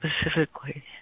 specifically